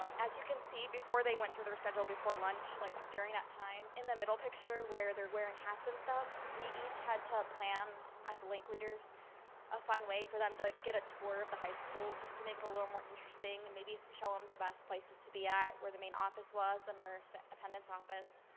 um as you can see before they went through their schedule before lunch like during that time in the middle picture where they're wearing hats and stuff we each had to plan as a link leaders a fun way for them to get a tour of the high school just to make it a little more interesting and maybe show them um the best places to be ah at where the main office was under attendants office